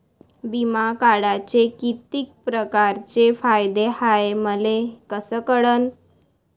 बिमा काढाचे कितीक परकारचे फायदे हाय मले कस कळन?